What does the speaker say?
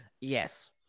Yes